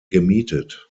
gemietet